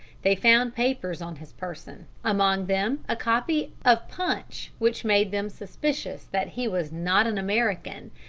they found papers on his person, among them a copy of punch, which made them suspicious that he was not an american,